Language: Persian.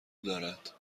دارد